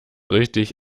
richtig